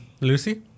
Lucy